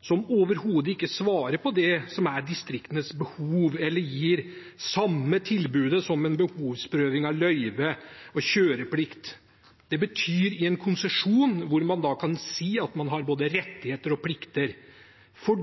som overhodet ikke svarer på det som er distriktenes behov, eller gir det samme tilbudet som en behovsprøving av løyve og kjøreplikt. Det betyr en konsesjon hvor man kan si at man har både rettigheter og plikter. For: